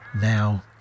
now